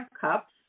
cups